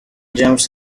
james